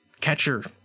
catcher